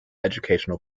educational